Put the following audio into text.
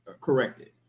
corrected